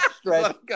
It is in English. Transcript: stretch